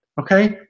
okay